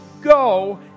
go